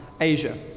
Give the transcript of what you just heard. Asia